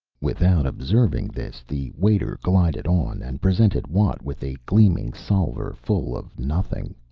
without observing this the waiter glided on and presented watt with a gleaming salver full of nothing.